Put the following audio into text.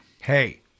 Hey